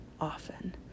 often